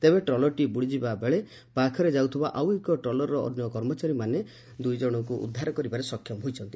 ତେବେ ଟ୍ରଲରଟି ବୁଡ଼ିଯିବା ବେଳେ ପାଖରେ ଯାଉଥିବା ଆଉ ଏକ ଟ୍ରଲରର କର୍ମଚାରୀମାନେ ଅନ୍ୟ ଦୁଇ ଜଣଙ୍କୁ ଉଦ୍ଧାର କରିବାରେ ସକ୍ଷମ ହୋଇଛନ୍ତି